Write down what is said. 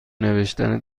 نوشتن